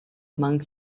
among